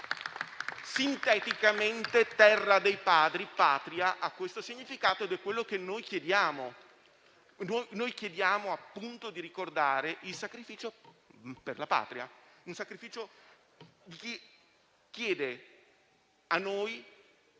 Sinteticamente terra dei padri, Patria, ha questo significato ed è quello che noi chiediamo. Chiediamo, appunto, di ricordare il sacrificio per la Patria, un sacrificio che chiede a